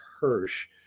hirsch